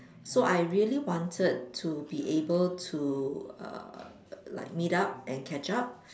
so I really wanted to be able to err like meet up and catch up